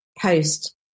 post